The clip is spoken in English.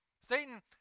Satan